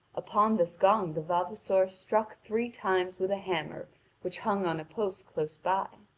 upon this gong the vavasor struck three times with a hammer which hung on a post close by.